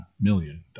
million